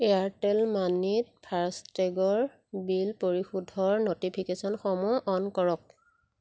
Airtel মানিত fast টেগৰ বিল পৰিশোধৰ ন'টিফিকেশ্যনসমূহ অন কৰক